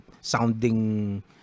sounding